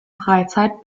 freizeit